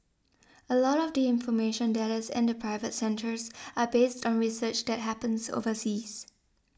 a lot of the information that is in the private centres are based on research that happens overseas